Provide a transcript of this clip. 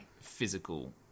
physical